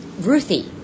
Ruthie